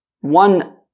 one